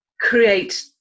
create